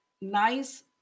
nice